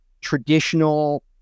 traditional